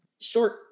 short